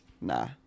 Nah